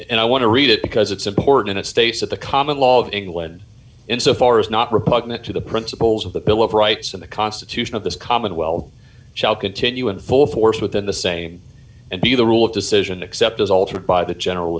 and i want to read it because it's important it states that the common law of england in so far is not repugnant to the principles of the bill of rights in the constitution of this commonwealth shall continue in full force within the same and be the rule of decision except as altered by the general